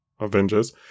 Avengers